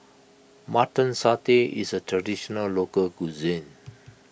Mutton Satay is a Traditional Local Cuisine